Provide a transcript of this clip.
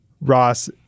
Ross